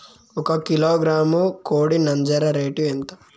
ఒక కిలోగ్రాము కోడి నంజర రేటు ఎంత?